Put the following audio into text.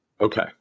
Okay